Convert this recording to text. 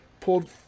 pulled